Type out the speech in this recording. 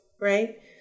right